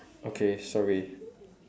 okay sorry